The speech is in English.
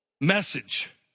message